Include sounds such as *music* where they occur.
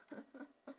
*laughs*